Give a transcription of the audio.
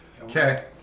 Okay